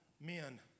men